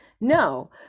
no